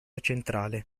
centrale